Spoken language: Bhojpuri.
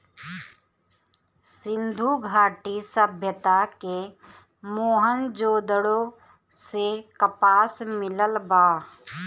सिंधु घाटी सभ्यता के मोहन जोदड़ो से कपास मिलल बा